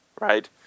right